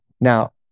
Now